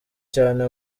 cyane